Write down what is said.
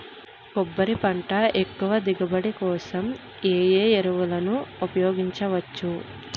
కొబ్బరి పంట ఎక్కువ దిగుబడి కోసం ఏ ఏ ఎరువులను ఉపయోగించచ్చు?